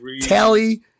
Tally